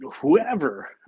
whoever